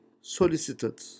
solicited